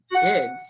kids